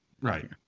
Right